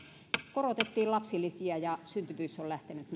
korotettiin lapsilisiä ja syntyvyys on lähtenyt